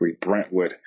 Brentwood